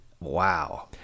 wow